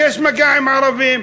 יש מגע עם ערבים,